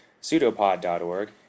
pseudopod.org